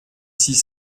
six